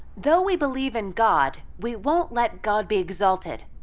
though we believe in god, we won't let god be exalted.